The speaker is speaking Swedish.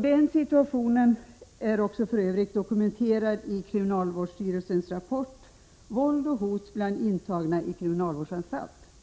Denna situation är för övrigt dokumenterad i kriminalvårdsstyrelsens rapport ”Våld och hot bland intagna i kriminalvårdsanstalt”.